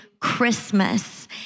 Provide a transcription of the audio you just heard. Christmas